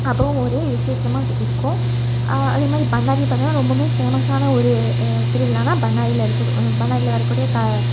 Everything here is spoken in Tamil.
அப்பவும் ஒரே விசேஷமாக இருக்கும் அதே மாதிரி பண்ணாரி பார்த்திங்கன்னா ரொம்பவும் ஃபேமஸான ஒரு திருவிழான்னா பண்ணாரியில் இருக்க பண்ணாரியில் வர கூடிய